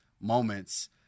moments